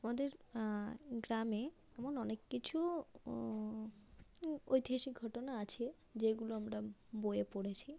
আমাদের গ্রামে এমন অনেক কিছু ঐতিহাসিক ঘটনা আছে যেগুলো আমরা বইয়ে পড়েছি